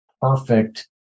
perfect